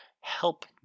help